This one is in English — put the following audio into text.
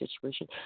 situation